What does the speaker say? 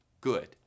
good